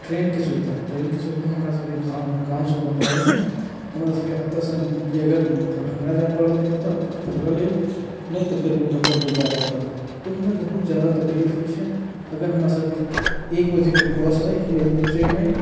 ट्रेनके सुविधा ट्रेनके सुविधा हमरासभके गाम गामसँ कोनो अइ नहि हमरासभके एतयसँ अगर दरभंगा जाय पड़त नहि तऽ पकड़य लेल नहि तऽ फेर मुजफ्फरपुर जाय पड़त ताहूमे बहुत ज्यादा तकलीफ होइ छै अगर हमरासभके एक बजेके बस अछि यानि ट्रेन अछि